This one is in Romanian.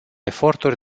eforturi